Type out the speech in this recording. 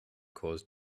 cause